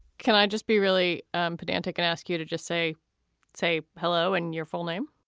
can i just be really um pedantic and ask you to just say say hello and your full name?